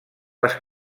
les